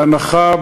בהנחה,